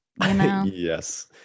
Yes